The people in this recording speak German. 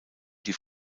die